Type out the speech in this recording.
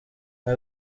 nka